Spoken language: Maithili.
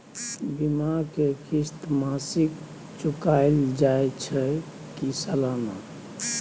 बीमा के किस्त मासिक चुकायल जाए छै की सालाना?